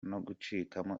gucikamo